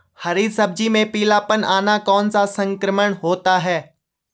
हरी सब्जी में पीलापन आना कौन सा संक्रमण होता है?